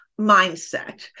mindset